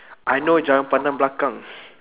I know jangan pandang belakang